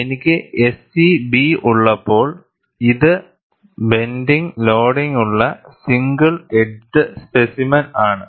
എനിക്ക് SE B ഉള്ളപ്പോൾ ഇത് ബെൻഡിങ് ലോഡിംഗുള്ള സിംഗിൾ എഡ്ജ്ഡ് സ്പെസിമെൻ ആണ്